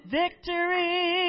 victory